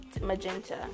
magenta